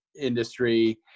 industry